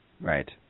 Right